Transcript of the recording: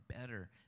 better